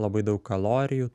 labai daug kalorijų